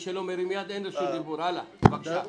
בבקשה.